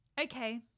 Okay